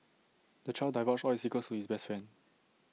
the child divulged all his secrets to his best friend